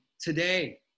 today